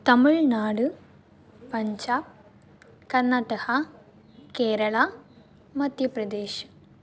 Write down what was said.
Tamil Nadu Punjab Karnataka Kerala Madhya Pradesh